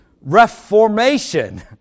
reformation